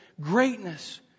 greatness